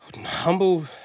humble